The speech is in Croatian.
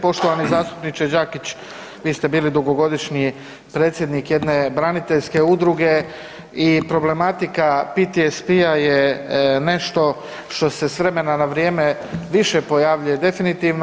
Poštovani zastupniče Đakić, vi ste bili dugogodišnji predsjednik jedne braniteljske udruge i problematika PTSP-a je nešto što se s vremena na vrijeme više pojavljuje definitivno.